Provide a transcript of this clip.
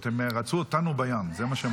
זאת אומרת, הם רצו אותנו בים, זה מה שהם רצו.